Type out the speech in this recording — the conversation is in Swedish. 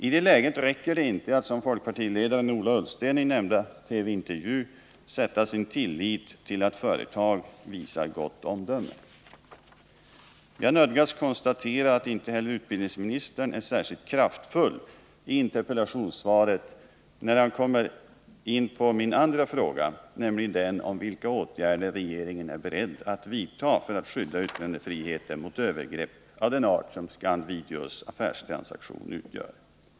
I det läget räcker det inte att, som folkpartiledaren Ola Ullsten gjorde i nämnda TV-intervju, sätta sin lit till att företag visar gott omdöme. Jag nödgas konstatera att inte heller utbildningsministern är särskilt kraftfull i interpellationssvaret när han kommer in på min andra fråga, nämligen den om vilka åtgärder regeringen är beredd att vidta för att skydda yttrandefriheten mot övergrepp av den art som Scand-Videos affärstransaktion utgör.